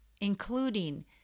including